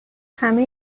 همهی